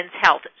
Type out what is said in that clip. Health